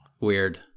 weird